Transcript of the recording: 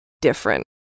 different